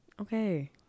Okay